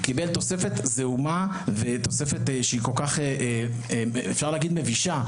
הוא קיבל תוספת זעומה ותוספת שאפשר להגיד שהיא מבישה.